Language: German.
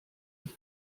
ich